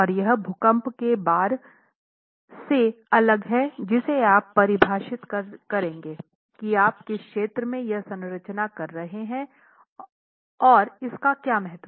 और यह भूकंप के भार से अलग है जिसे आप परिभाषित करेंगे की आप किस क्षेत्र में यह संरचना कर रहे है और इसका क्या महत्व है